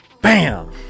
Bam